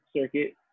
circuit